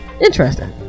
interesting